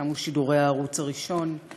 תמו שידורי הערוץ הראשון.